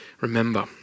remember